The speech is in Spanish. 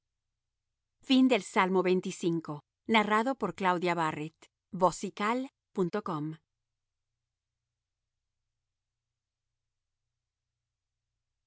salmo de david